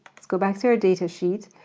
let's go back to our data sheet,